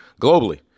globally